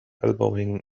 elbowing